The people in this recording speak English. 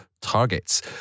targets